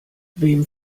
wem